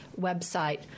website